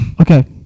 Okay